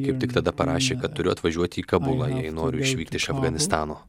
kaip tik tada parašė kad turiu atvažiuoti į kabulą jei noriu išvykti iš afganistano